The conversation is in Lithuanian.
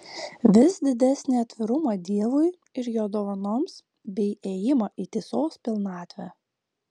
vis didesnį atvirumą dievui ir jo dovanoms bei ėjimą į tiesos pilnatvę